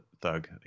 Thug